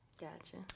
Gotcha